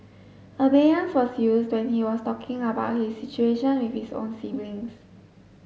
abeyance was used when he was talking about his situation with his own siblings